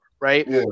right